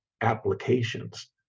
applications